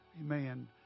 Amen